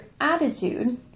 attitude